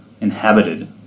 inhabited